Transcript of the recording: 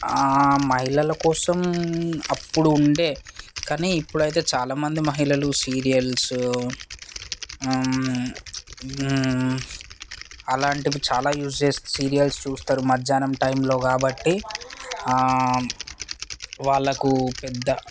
మహిళల కోసం అప్పుడు ఉండేది కానీ ఇప్పుడైతే చాలా మంది మహిళలు సీరియల్స్ అలాంటివి చాలా యూస్ చేసి సీరియల్స్ చూస్తారు మధ్యాహ్నం టైంలో కాబట్టి వాళ్ళకు పెద్ద